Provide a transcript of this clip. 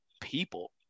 people